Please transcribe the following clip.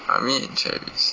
me and travis